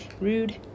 rude